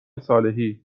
صالحی